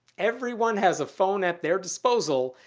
everyone has a phone at their disposal,